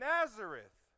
Nazareth